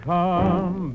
come